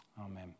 Amen